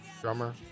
drummer